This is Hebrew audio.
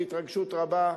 בהתרגשות רבה,